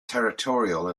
territorial